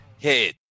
head